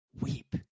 weep